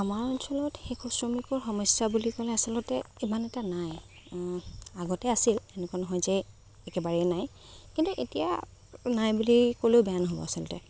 আমাৰ অঞ্চলত শিশু শ্ৰমিকৰ সমস্যা বুলি ক'লে আচলতে ইমান এটা নাই আগতে আছিল এনেকুৱা নহয় যে একেবাৰেই নাই কিন্তু এতিয়া নাই বুলি ক'লেও বেয়া নহ'ব আচলতে